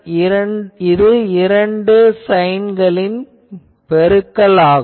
இது இரண்டு சைன்களின் பெருக்கல் ஆகும்